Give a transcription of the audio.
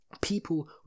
people